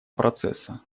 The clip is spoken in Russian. процесса